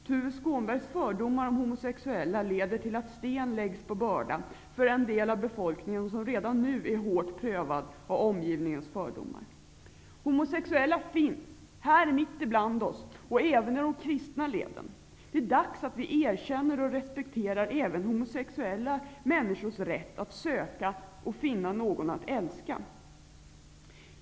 Tuve Skånbergs fördomar beträffande homosexuella leder till att sten läggs på bördan för den del av befolkningen som redan nu är hårt prövad av omgivningens fördomar. Homosexuella finns -- här mitt ibland oss och även i de kristna leden. Det är dags att vi erkänner och respekterar även homosexuella människors rätt att söka och att finna någon att älska.